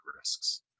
risks